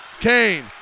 Kane